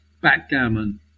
backgammon